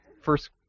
first